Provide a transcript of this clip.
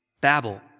Babel